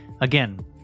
again